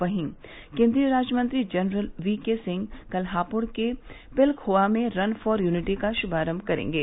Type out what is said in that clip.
वहीं केन्द्रीय राज्य मंत्री जनरल वीके सिंह कल हापुड़ के पिलखुआ में रन फॉर यूनिटी का शुभारम्भ करेंगे